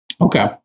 okay